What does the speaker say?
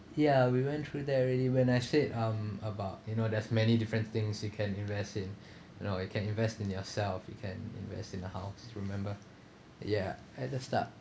ya we went through that already when I say um about you know there's many different things you can invest in you know you can invest in yourself you can invest in a house remember ya at the start